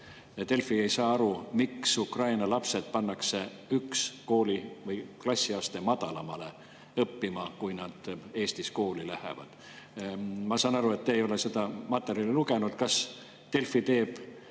Delfi ei saa aru, miks Ukraina lapsed pannakse üks klassiaste madalamale õppima, kui nad Eestis kooli lähevad. Ma saan aru, et te ei ole seda materjali lugenud. Kas Delfi teeb